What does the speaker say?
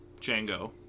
Django